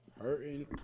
hurting